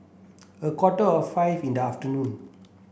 a quarter of five in the afternoon